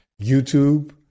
YouTube